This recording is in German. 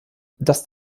das